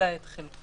אלא את חלקו,